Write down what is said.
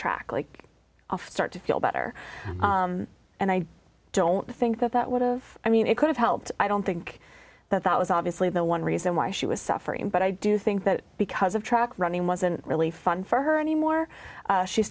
track like off start to feel better and i don't think that that would have i mean it could have helped i don't think that that was obviously the one reason why she was suffering but i do think that because of track running wasn't really fun for her anymore